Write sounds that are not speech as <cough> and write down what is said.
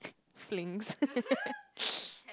flings <laughs>